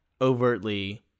overtly